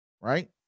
right